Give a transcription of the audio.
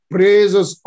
praises